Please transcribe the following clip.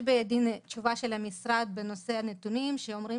יש בידי תשובה של המשרד בנושא הנתונים שאומרים